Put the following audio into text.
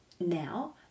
Now